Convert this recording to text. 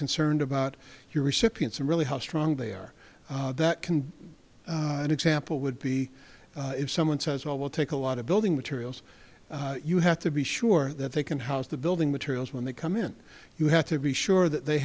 concerned about your recipients and really how strong they are that can be an example would be if someone says well we'll take a lot of building materials you have to be sure that they can house the building materials when they come in you have to be sure that they